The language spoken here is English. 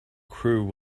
crew